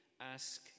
Ask